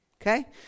Okay